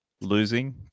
losing